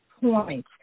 point